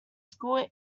school